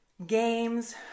games